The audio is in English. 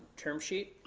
term sheet.